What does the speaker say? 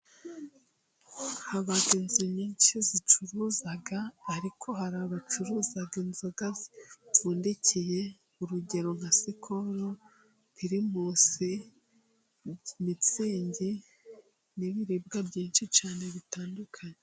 Haba inzu nyinshi zicuruza, ariko hari abacuruza inzoga zipfundikiye urugero nka sikolo, pirimusi, mitsingi n'ibiribwa byinshi cyane bitandukanye.